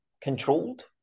Controlled